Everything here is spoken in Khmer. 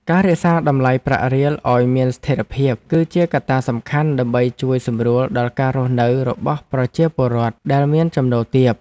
ការរក្សាតម្លៃប្រាក់រៀលឱ្យមានស្ថិរភាព គឺជាកត្តាសំខាន់ដើម្បីជួយសម្រួលដល់ការរស់នៅរបស់ប្រជាពលរដ្ឋដែលមានចំណូលទាប។